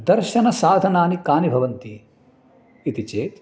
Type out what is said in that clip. दर्शनसाधनानि कानि भवन्ति इति चेत्